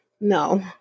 no